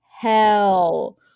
hell